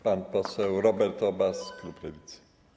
Pan poseł Robert Obaz, klub Lewicy.